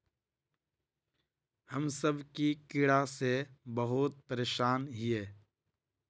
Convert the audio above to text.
हम सब की कीड़ा से बहुत परेशान हिये?